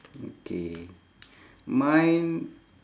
okay mine